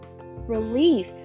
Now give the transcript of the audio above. relief